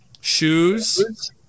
shoes